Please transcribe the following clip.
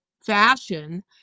fashion